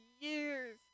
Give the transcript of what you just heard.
years